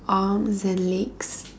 arms and legs